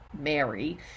Mary